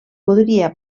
podria